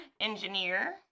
Engineer